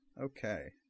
Okay